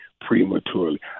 prematurely